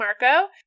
Marco